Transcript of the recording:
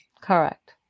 Correct